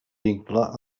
vincle